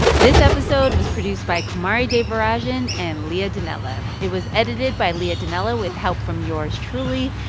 this episode was produced by kumari devarajan and leah donnella. it was edited by leah donnella with help from yours truly.